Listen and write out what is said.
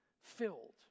filled